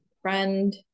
friend